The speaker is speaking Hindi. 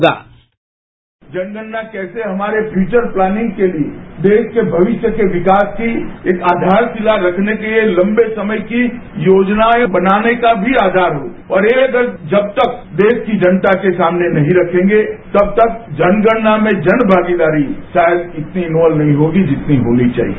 साउंड बाईट जनगणना कैसे हमारे फ्यूचर प्लानिंग के लिए देश के भविष्य के विकास की एक आधारशिला रखने को लिए लम्बे समय की योजनाएं बनाने का भी आधार हो और यह बात जब तक देश की जनता के सामने नहीं रखेंगे तब तक जनगणना में जनभागीदारी चाहे इतनी इन्वॉल्ब नहीं होगी जितनी होनी चाहिए